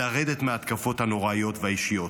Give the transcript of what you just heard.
לרדת מההתקפות הנוראיות והאישיות.